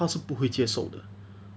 他是不会接受的